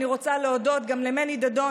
אני רוצה להודות גם למני דדון,